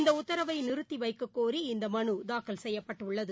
இந்தஉத்தரவைநிறுத்திவைக்ககோரி இந்தமனுதாக்கல் செய்யப்பட்டுள்ளது